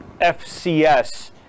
FCS